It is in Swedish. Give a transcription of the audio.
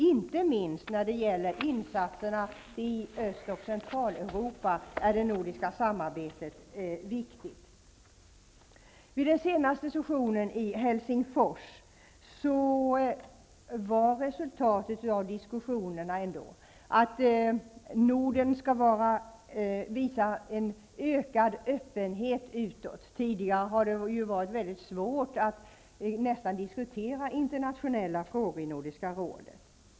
Inte minst när det gäller insatserna i Öst och Centraleuropa är det nordiska samarbetet viktigt. Vid den senaste sessionen i Helsingfors var resultatet av diskussionerna ändå att Norden skall visa en ökad öppenhet utåt. Tidigare har det ju varit väldigt svårt att diskutera internationella frågor i Nordiska rådet.